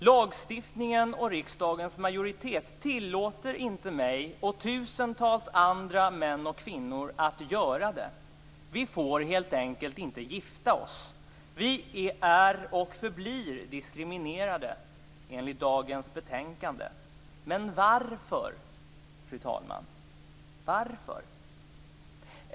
Lagstiftningen och riksdagens majoritet tillåter inte mig och tusentals andra män och kvinnor att göra det. Vi får helt enkelt inte gifta oss. Vi är och förblir diskriminerade enligt dagens betänkande. Men varför, fru talman, varför?